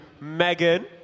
Megan